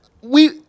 We-